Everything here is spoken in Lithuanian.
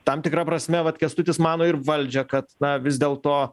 tam tikra prasme vat kęstutis mano ir valdžią kad na vis dėl to